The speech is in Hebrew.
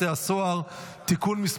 הצעת חוק לתיקון פקודת בתי הסוהר (תיקון מס'